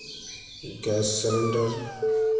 gas cylinder